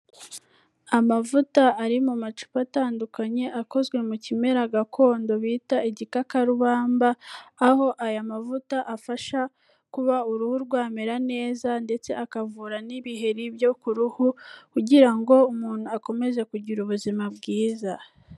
Amavuta ari mu macupa atandukanye akozwe mu kimera gakondo bita igikakarubamba aho aya mavuta afasha kuba uruhu rwamera neza ndetse akavura n'ibiheri byo ku ruhu kugira ngo umuntu akomeze kugira ubuzima bwiza.